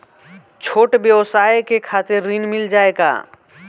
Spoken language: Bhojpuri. छोट ब्योसाय के खातिर ऋण मिल जाए का?